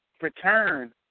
return